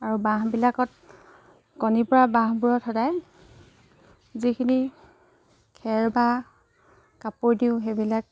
আৰু বাঁহবিলাকত কণী পৰা বাঁহবোৰত সদায় যিখিনি খেৰ বা কাপোৰ দিওঁ সেইবিলাক